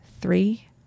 three